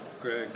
Greg